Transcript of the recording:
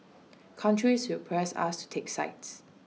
countries will press us to take sides